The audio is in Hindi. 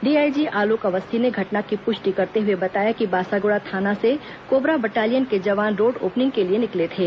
डीआईजी आलोक अवस्थी ने घटना की पुष्टि करते हुए बताया कि बासागुड़ा थाना से कोबरा बटालियन के जवान रोड ओपनिंग के लिए निकले थे